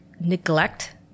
neglect